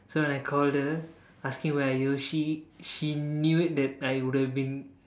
so when I called her asking where are you she she knew it that I would have been